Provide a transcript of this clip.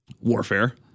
warfare